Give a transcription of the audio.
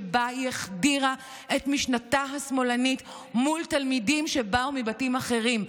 שבה היא החדירה את משנתה השמאלנית מול תלמידים שבאו מבתים אחרים,